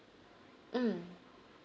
mm